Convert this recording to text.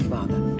Father